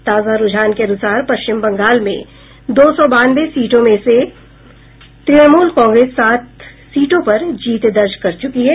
ताजा रूझान के अनुसार पश्चिम बंगाल में दो सौ बानवे सीटों में से तृणमूल कांग्रेस सात सीटों पर जीत दर्ज कर चुकी है